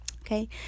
Okay